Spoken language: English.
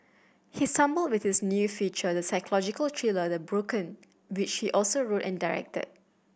he stumbled with his new feature the psychological thriller The Broken which he also wrote and directed